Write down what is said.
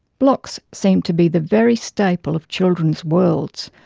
blocks seem to be the very staple of children's worlds.